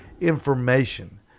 information